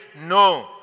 no